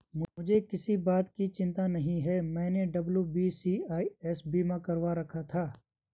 मुझे किसी बात की चिंता नहीं है, मैंने डब्ल्यू.बी.सी.आई.एस बीमा करवा रखा था